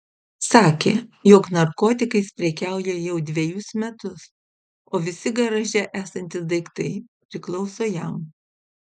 sakė jog narkotikais prekiauja jau dvejus metus o visi garaže esantys daiktai priklauso jam